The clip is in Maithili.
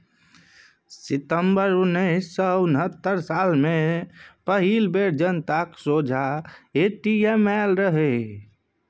सितंबर उन्नैस सय उनहत्तर साल मे पहिल बेर जनताक सोंझाँ ए.टी.एम आएल रहय